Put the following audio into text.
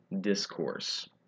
discourse